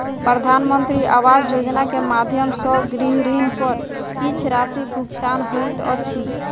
प्रधानमंत्री आवास योजना के माध्यम सॅ गृह ऋण पर किछ राशि भुगतान होइत अछि